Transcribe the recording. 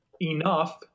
enough